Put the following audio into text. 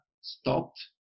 stopped